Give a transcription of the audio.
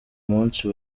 munsi